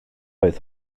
oedd